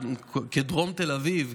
בדרום תל אביב.